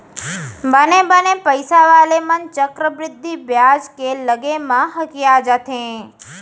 बने बने पइसा वाले मन चक्रबृद्धि बियाज के लगे म हकिया जाथें